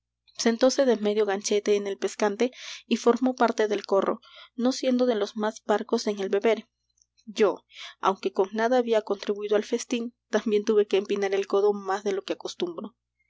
sentóse de medio ganchete en el pescante y formó parte del corro no siendo de los más parcos en el beber yo aunque con nada había contribuído al festín también tuve que empinar el codo más de lo que acostumbro